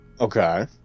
Okay